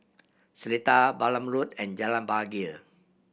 Seletar Balam Road and Jalan Bahagia